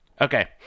Okay